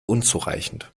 unzureichend